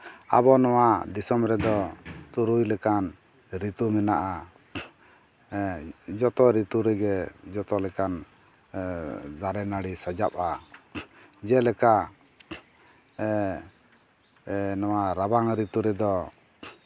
ᱟᱵᱚ ᱱᱚᱣᱟ ᱫᱤᱥᱚᱢ ᱨᱮᱫᱚ ᱛᱩᱨᱩᱭ ᱞᱮᱠᱟᱱ ᱨᱤᱛᱩ ᱢᱮᱱᱟᱜᱼᱟ ᱡᱚᱛᱚ ᱨᱤᱛᱩ ᱨᱮᱜᱮ ᱡᱚᱛᱚ ᱞᱮᱠᱟᱱ ᱫᱟᱨᱮ ᱱᱟᱹᱲᱤ ᱥᱟᱡᱟᱜᱼᱟ ᱡᱮᱞᱮᱠᱟ ᱱᱚᱣᱟ ᱨᱟᱵᱟᱝ ᱨᱤᱛᱩ ᱨᱮᱫᱚ